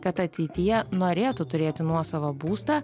kad ateityje norėtų turėti nuosavą būstą